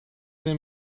they